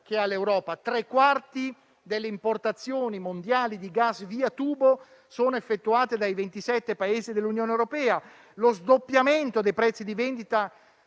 che ha l'Europa (tre quarti delle importazioni mondiali di gas via tubo sono effettuate dai 27 Paesi dell'Unione europea). C'è poi lo sdoppiamento dei prezzi di vendita